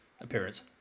appearance